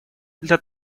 для